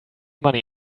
money